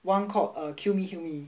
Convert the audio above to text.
it's the one called err kill me heal me